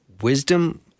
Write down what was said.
wisdom